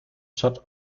zat